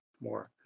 more